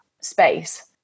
space